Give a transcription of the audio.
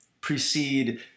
precede